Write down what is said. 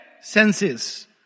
Senses